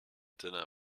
dinner